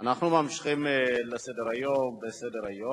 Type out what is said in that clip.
שדב חנין עומד בראשה.